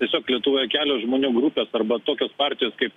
tiesiog lietuvoje kelios žmonių grupės arba tokios partijos kaip